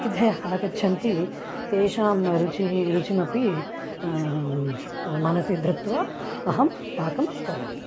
अतिथयः आगच्छन्ति तेषां रुचिः रुचिं अपि मनसि धृत्वा अहं पाकं करोमि